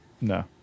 No